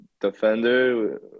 defender